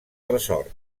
tresor